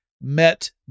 met